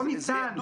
לא ניתן.